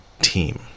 team